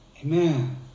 Amen